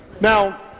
Now